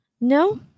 No